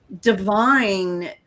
divine